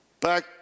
back